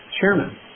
chairman